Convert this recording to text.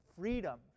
freedom